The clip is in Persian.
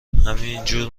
همینجور